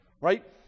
right